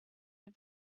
the